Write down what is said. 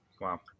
Wow